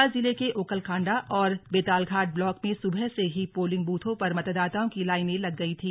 नैनीताल जिले के औखलकांडा और बेतालघाट ब्लॉक में सुबह से ही पोलिंग बूथों पर मतदाताओं की लाइनें लग गई थी